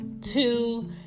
Two